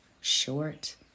short